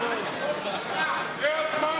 זה הזמן